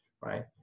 right